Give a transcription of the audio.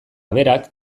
berak